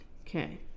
Okay